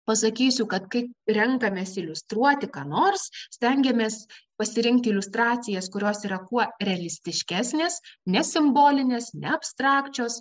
pasakysiu kad kai renkamės iliustruoti ką nors stengiamės pasirinkti iliustracijas kurios yra kuo realistiškesnės nesimbolinės ne abstrakčios